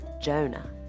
Jonah